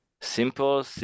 simple